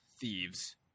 thieves